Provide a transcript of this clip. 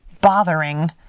bothering